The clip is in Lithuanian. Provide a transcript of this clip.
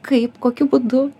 kaip kokiu būdu